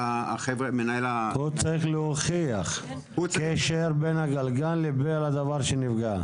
הוא צריך להוכיח קשר בין הגלגל לבין הדבר שנפגע.